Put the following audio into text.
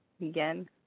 Again